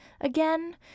again